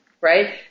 right